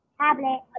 Tablet